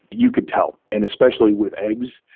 you could tell. and especially with eggs,